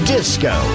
Disco